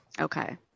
Okay